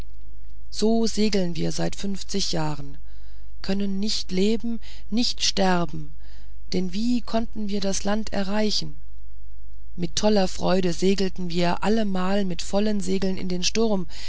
so segeln wir seit fünfzig jahren können nicht leben nicht sterben denn wie konnten wir das land erreichen mit toller freude segelten wir allemal mit vollen segeln in den sturm